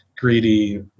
greedy